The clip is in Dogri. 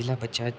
जेल्लै बच्चा